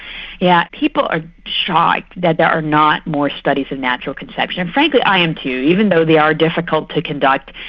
yeah people are shocked that there are not more studies of natural conception. and frankly i am too. even though they are difficult to conduct,